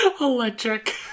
Electric